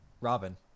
Robin